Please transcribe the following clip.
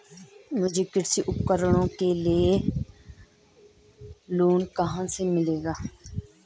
मुझे कृषि उपकरणों के लिए लोन कहाँ से मिलेगा?